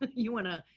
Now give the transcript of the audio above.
but you want to,